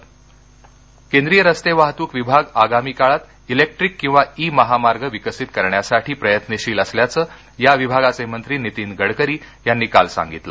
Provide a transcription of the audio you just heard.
गडकरी केंद्रीय रस्ते वाहतूक विभाग आगामी काळात ओक्ट्रिक किंवा ई महामार्ग विकसित करण्यासाठी प्रयत्नशील असल्याचं या विभागाचे मंत्री नीतीन गडकरी यांनी काल सांगितलं